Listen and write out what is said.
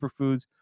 superfoods